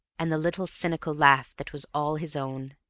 and the little cynical laugh that was all his own.